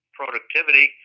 productivity